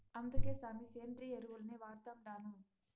అందుకే సామీ, సేంద్రియ ఎరువుల్నే వాడతండాను